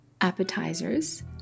appetizers